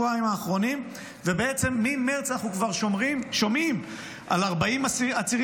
ולמעשה ממרץ אנחנו שומעים על 40 עצירים